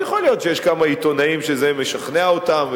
אז יכול להיות שיש כמה עיתונאים שזה משכנע אותם,